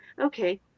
okay